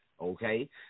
okay